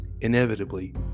inevitably